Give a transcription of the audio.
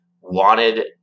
wanted